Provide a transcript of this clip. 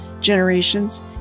generations